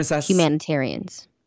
humanitarians